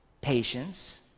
patience